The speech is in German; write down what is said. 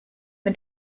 mit